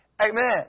Amen